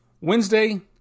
Wednesday